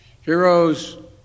Heroes